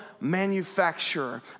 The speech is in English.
manufacturer